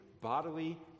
bodily